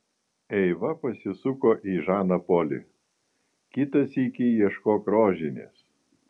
eiva pasisuko į žaną polį kitą sykį ieškok rožinės